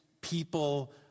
people